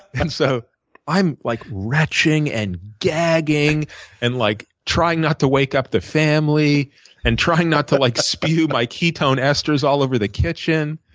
and so i'm like retching and gagging and like trying not to wake up the family and trying not to like spew my ketone esters all over the kitchen.